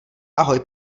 ahoj